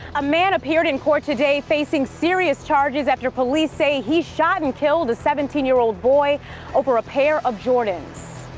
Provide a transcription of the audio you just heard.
a man appeared in court today facing serious charges after police say he shot and killed a seventeen year old boy over a pair of jordans.